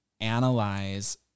analyze